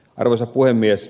arvoisa puhemies